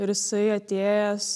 ir jisai atėjęs